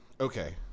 Okay